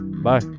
Bye